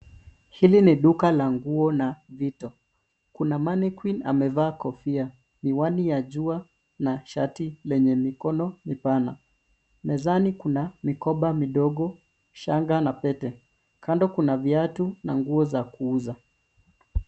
Hili ni duka la nguo na viti. Kuna manequinn amevaa kofia, miwani ya jua na shati lenye mikono mipana. Mezani kuna mikoba midogo, shanga na pete. Kando kuna viatu na nguo za kuuza.